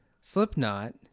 Slipknot